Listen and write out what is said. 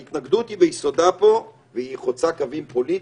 ההתנגדות היא ביסודה פה והיא חוצה קווים פוליטיים,